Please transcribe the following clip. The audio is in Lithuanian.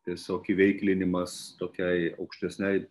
tiesiog įveiklinimas tokiai aukštesniai